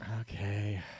Okay